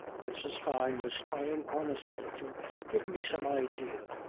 mrs. fyne was trying honestly to give me some idea,